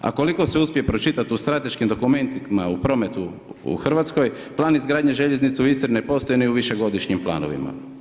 A koliko se uspije pročitati u strateškim dokumentima, u prometu, u Hrvatskoj, plan izgradnje željeznice u Istri ne postoji ni u višegodišnjim planovima.